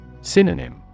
Synonym